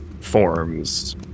forms